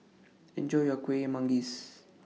Enjoy your Kueh Manggis